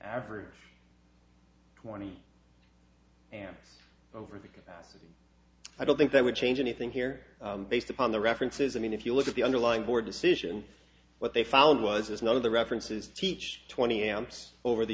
average twenty amps over the capacity i don't think that would change anything here based upon the references i mean if you look at the underlying board decision what they found was this none of the references teach twenty amps over the